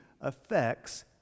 affects